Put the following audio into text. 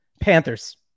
Panthers